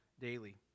daily